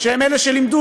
אבל הם ילדים שנולדו